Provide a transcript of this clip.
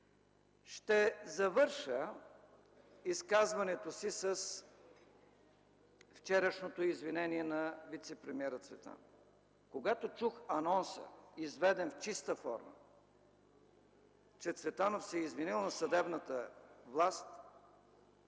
Ще завърша изказването си с вчерашното извинение на вицепремиера Цветанов. Когато чух анонса изведен в чиста форма, че Цветанов се е извинил на съдебната власт,